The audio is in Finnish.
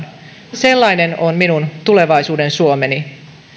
sellainen on minun tulevaisuuden suomeni